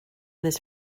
this